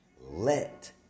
Let